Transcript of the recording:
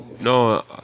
No